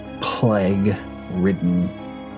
plague-ridden